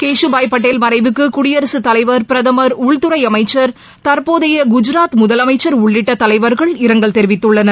கேஷூபாய் பட்டேல் மறைவுக்குகுடியரசுத்தலைவர் பிரதமர் உள்துறைஅமைச்சர் தற்போதையகுஜாத் முதலமைச்சர் உள்ளிட்டதலைவர்கள் இரங்கல் தெரிவித்துள்ளனர்